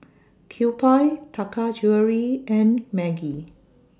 Kewpie Taka Jewelry and Maggi